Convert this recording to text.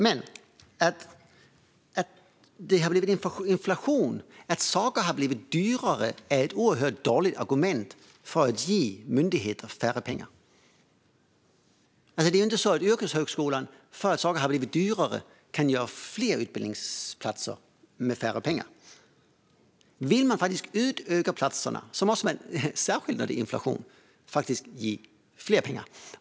Men att det har blivit inflation, att saker har blivit dyrare, är ett oerhört dåligt argument för att ge myndigheter mindre pengar. Det är ju inte så att yrkeshögskolan för att saker har blivit dyrare kan skapa fler utbildningsplatser med mindre pengar. Vill man faktiskt öka antalet platser, särskilt när det är inflation, måste man ge mer pengar.